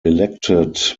elected